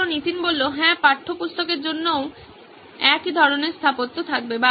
ছাত্র নীতিন হ্যাঁ পাঠ্যপুস্তকের জন্যও একই ধরনের স্থাপত্য থাকবে